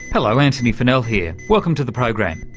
hello, antony funnell here. welcome to the program.